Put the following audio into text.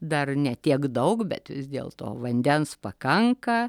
dar ne tiek daug bet vis dėlto vandens pakanka